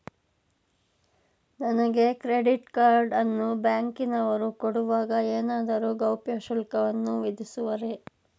ನನಗೆ credit card ಅನ್ನು ಬ್ಯಾಂಕಿನವರು ಕೊಡುವಾಗ ಏನಾದರೂ ಗೌಪ್ಯ ಶುಲ್ಕವನ್ನು ವಿಧಿಸುವರೇ?